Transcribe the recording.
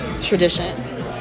tradition